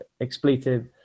expletive